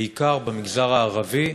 בעיקר במגזר הערבי.